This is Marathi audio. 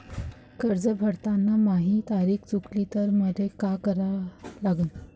कर्ज भरताना माही तारीख चुकली तर मले का करता येईन?